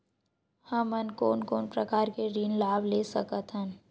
हमन कोन कोन प्रकार के ऋण लाभ ले सकत हन?